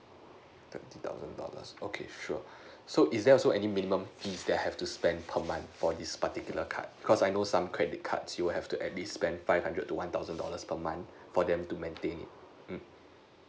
thirty thousand dollars okay sure so is there also any minimum fees that I have to spend per month for this particular card cause I know some credit cards it would have to atleast spend five hundred to one thousand dollars per month for them to maintain it mm